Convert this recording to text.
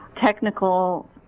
technical